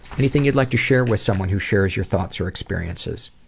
anything you'd like to share with someone who shares your thoughts or experiences?